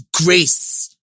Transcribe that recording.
grace